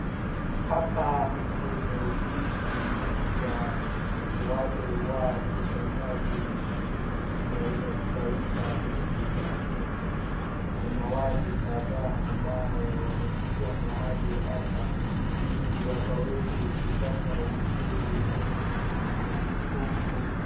Hapa ni kwenye ofisi ya wale wa kusanyaji ushuru katika taifa hili la kenya kuna watu kadhaa ambao wamekuja mahali hapa hili wakaweze kusanya ushauri huku.